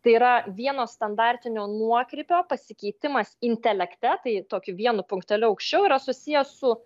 tai yra vieno standartinio nuokrypio pasikeitimas intelekte tai tokiu vienu punkteliu aukščiau yra susiję su